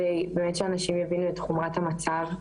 באמת שאנשים יבינו את חומרת המצב.